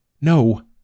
No